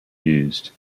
used